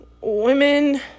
women